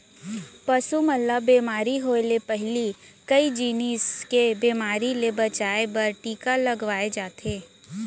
पसु मन ल बेमारी होय ले पहिली कई जिनिस के बेमारी ले बचाए बर टीका लगवाए जाथे